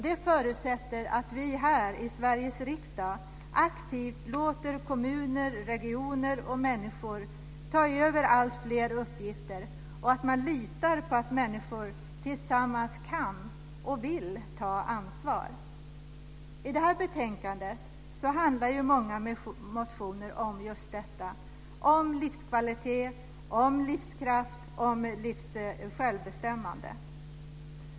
Det förutsätter att vi här i Sveriges riksdag aktivt låter kommuner, regioner och människor ta över alltfler uppgifter och att man litar på att människor tillsammans kan och vill ta ansvar. I det här betänkandet handlar många motioner just om livskvalitet, livskraft och självbestämmande.